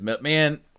Man